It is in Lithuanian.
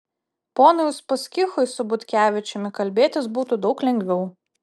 ponui uspaskichui su butkevičiumi kalbėtis būtų daug lengviau